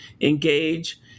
engage